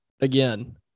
again